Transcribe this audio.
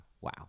wow